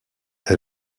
est